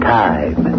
time